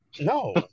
No